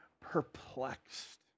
perplexed